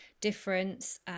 difference